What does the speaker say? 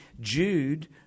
Jude